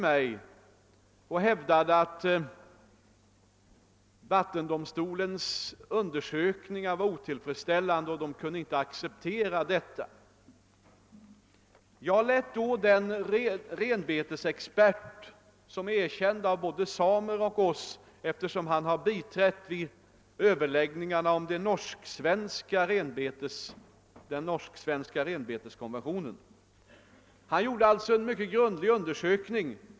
Man hävdade att vattendomstolens undersökningar var otillfredsställande och att man inte kunde acceptera dess ut Iåtande. Jag lät då en renbetesexpert, som är erkänd av både samer och oss eftersom han har biträtt vid överläggningarna om den norsk-svenska renbeteskonventionen, göra en mycket grundlig undersökning.